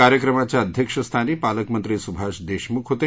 कार्यक्रमाच्या अध्यक्षस्थानी पालकमंत्री सुभाष देशमुख होते